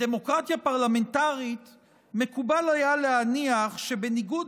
בדמוקרטיה פרלמנטרית מקובל היה להניח שבניגוד